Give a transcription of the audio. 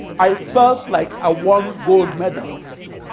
i felt like i won gold medals